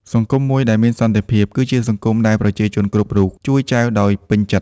សង្គមមួយដែលមានសន្តិភាព គឺជាសង្គមដែលប្រជាជនគ្រប់រូបជួយចែវដោយពេញចិត្ត។